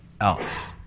else